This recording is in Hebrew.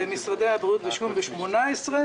במשרדי הבריאות והשיכון בינואר 2018,